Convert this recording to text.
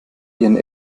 ihren